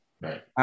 Right